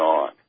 on